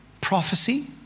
prophecy